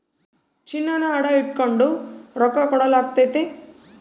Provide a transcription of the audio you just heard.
ಚಿನ್ನಾನ ಅಡ ಇಟಗಂಡು ರೊಕ್ಕ ಕೊಡಲಾಗ್ತತೆ